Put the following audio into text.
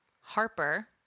Harper